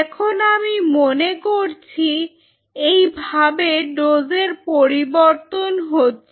এখন আমি মনে করছি এই ভাবে ডোসের পরিবর্তন হচ্ছে